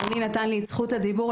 נתנו לי את זכות הדיבור,